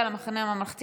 חילי טרופר,